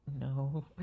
no